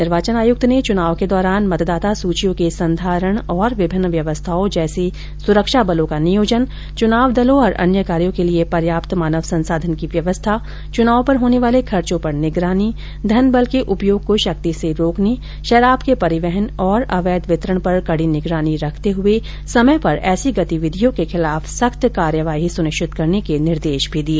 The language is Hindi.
निर्वाचन आयुक्त ने चुनाव के दौरान मतदाता सूचियों के संधारण और विभिन्न व्यवस्थाओं जैसे सुरक्षाबलों का नियोजन चुनाव दलों और अन्य कार्यों के लिए पर्याप्त मानव संसाधन की व्यवस्था चुनाव पर होने वाले खर्चों पर निगरानी धन बल के उपयोग को शक्ति से रोकने शराब के परिवहन तथा अवैध वितरण पर कड़ी निगरानी रखते हुए समय पर ऐसी गतिविधियों के विरूद्व सख्त कार्यवाही सुनिश्चित करने के निर्देश भी दिए